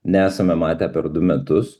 nesame matę per du metus